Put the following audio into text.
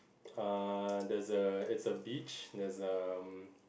err there's a it's a beach there's um